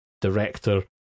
director